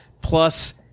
plus